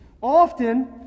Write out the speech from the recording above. Often